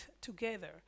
together